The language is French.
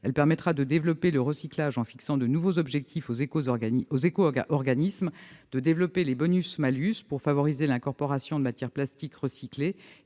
Elle permettra de développer le recyclage, en fixant de nouveaux objectifs aux éco-organismes, de développer les bonus-malus, pour favoriser l'incorporation de matière plastique recyclée,